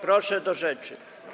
Proszę do rzeczy.